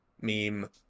meme